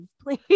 Please